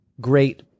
great